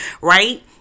right